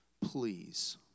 please